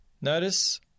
Notice